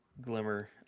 Glimmer